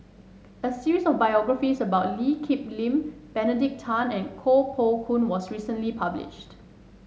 a series of biographies about Lee Kip Lin Benedict Tan and Koh Poh Koon was recently published